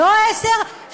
לא עשר,